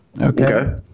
Okay